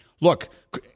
Look